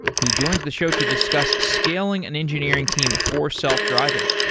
he joins the show to discuss scaling and engineering team for self-driving.